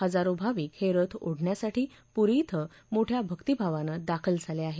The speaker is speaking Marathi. हजारो भाविक हे रथ ओढण्यासाठी पुरी कें मोठया भक्ती भावानं दाखल झाले आहेत